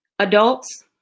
Adults